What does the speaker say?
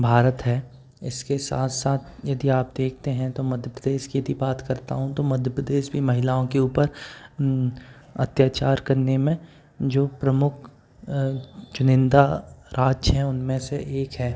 भारत है इसके साथसाथ यदि आप देखते है तो मध्य प्रदेस की यदि बात करता हूँ तो मध्य प्रदेस भी महिलाओं के ऊपर अत्याचार करने मे जो प्रमुख चुनिन्दा राज्य है उनमें से एक है